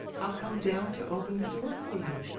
i'll come down to open the door for you.